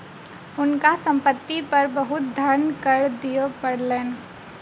हुनका संपत्ति पर बहुत धन कर दिअ पड़लैन